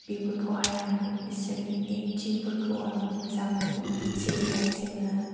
बेफोरखौहाय आङो बिसोरनि एक्टिंफोरखौ आङो मोजां मोनो जेरैहाय जोङो